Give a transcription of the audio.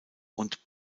und